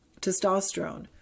testosterone